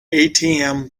atm